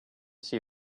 see